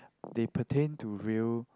they pertain to real